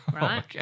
Right